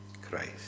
Christ